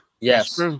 Yes